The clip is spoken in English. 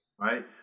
right